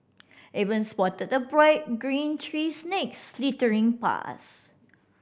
even spotted a bright green tree snake slithering past